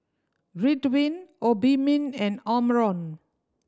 Ridwind Obimin and Omron